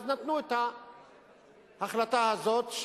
אז נתנו את ההחלטה הזאת,